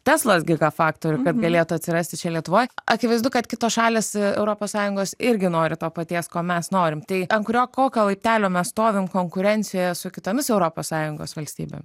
teslos gigafaktorių kad galėtų atsirasti čia lietuvoj akivaizdu kad kitos šalys europos sąjungos irgi nori to paties ko mes norim tai ant kurio kokio laiptelio mes stovim konkurencijoje su kitomis europos sąjungos valstybėms